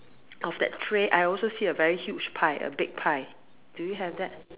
of that tray I also see a very huge pie a big pie do you have that